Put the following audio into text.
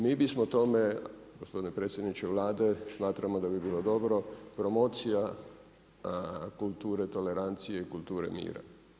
Mi bismo tome, gospodine predsjedniče Vlade, smatramo da bi bilo dobro, promocija kulture tolerancije i kulture mira.